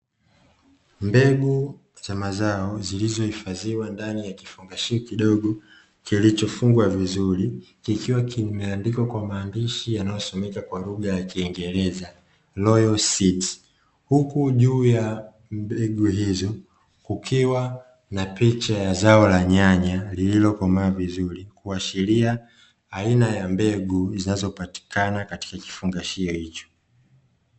Mbegu za mazao zilizohifadhiwa ndani ya kifungashio kidogo kilichofungwa vizuri, kikiwa kimeandikwa kwa maandishi yanayosomeka kwa lugha ya kingereza "Royal seeds", huku juu ya mbegu hizo kukiwa na picha ya zao la nyanya lililokomaa vizuri, kuashiria aina ya mbegu zinazopatikana katika kifungashio hicho.